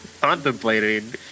contemplating